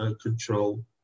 control